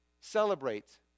celebrate